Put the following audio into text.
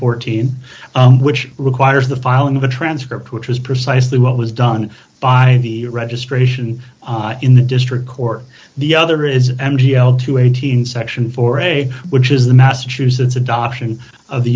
fourteen which requires the filing of a transcript which is precisely what was done by the registration in the district court the other is m t l to eighteen section four a which is the massachusetts adoption of the